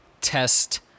test